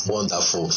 Wonderful